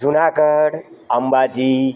Junagadh Ambaji